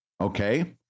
Okay